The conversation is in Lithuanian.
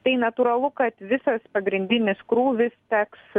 tai natūralu kad visas pagrindinis krūvis teks